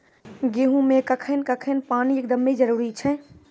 गेहूँ मे कखेन कखेन पानी एकदमें जरुरी छैय?